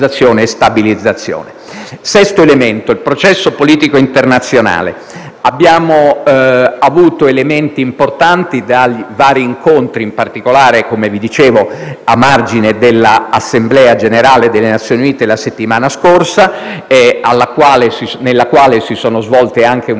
sesto elemento è il processo politico internazionale. Abbiamo avuto elementi importanti da vari incontri, in particolare, come vi dicevo, a margine dell'Assemblea generale delle Nazioni Unite la settimana scorsa, nella quale si sono svolte anche una